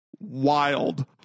Wild